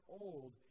old